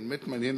באמת מעניין,